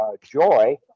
joy